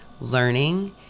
Learning